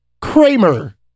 Kramer